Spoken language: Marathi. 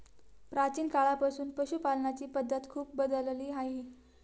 प्राचीन काळापासून पशुपालनाची पद्धत खूप बदलली आहे